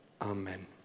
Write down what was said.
Amen